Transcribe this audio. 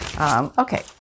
Okay